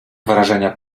wrażenia